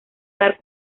dar